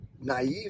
naive